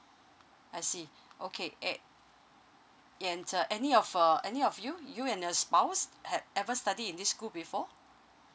I see okay a~ and uh any of uh any of you you and your spouse had ever study in this school before